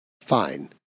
fine